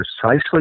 precisely